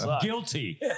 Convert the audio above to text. Guilty